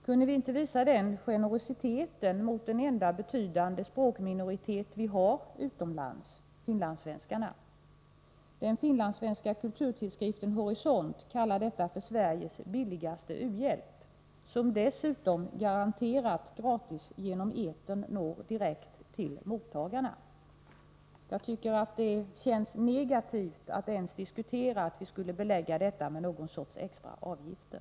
Kunde vi inte visa den generositeten mot den enda betydande språkminoritet som vi har utomlands, finlandssvenskarna? Den finska kulturtidskriften Horisont kallar detta för Sveriges billigaste u-hjälp, som dessutom genom etern garanterat gratis når direkt till mottagarna. Jag tycker att det känns negativt att ens diskutera att vi skulle belägga dessa sändningar med extra avgifter.